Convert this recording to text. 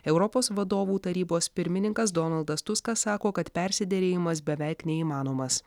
europos vadovų tarybos pirmininkas donaldas tuskas sako kad persiderėjimas beveik neįmanomas